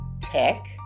tech